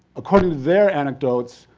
according to their anecdotes,